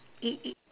i~ i~